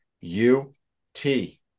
U-T